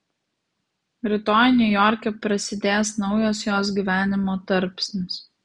rytoj niujorke prasidės naujas jos gyvenimo tarpsnis